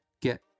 get